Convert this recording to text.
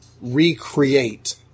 recreate